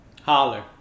holler